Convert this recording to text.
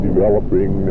developing